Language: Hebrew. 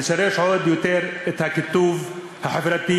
להשריש עוד יותר את הקיטוב החברתי,